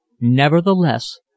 Nevertheless